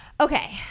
okay